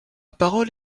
parole